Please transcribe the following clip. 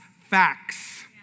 facts